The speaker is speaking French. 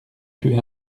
tuer